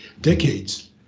decades